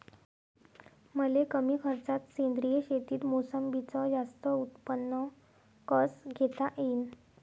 मले कमी खर्चात सेंद्रीय शेतीत मोसंबीचं जास्त उत्पन्न कस घेता येईन?